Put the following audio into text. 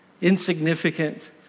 Insignificant